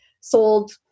sold